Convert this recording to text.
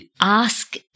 ask